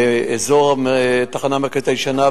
באזור התחנה המרכזית הישנה,